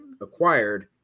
acquired